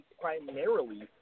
primarily